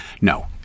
no